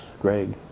Greg